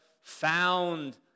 found